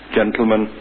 gentlemen